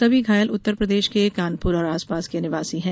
सभी घायल उत्तरप्रदेश के कानपुर और आसपास के निवासी हैं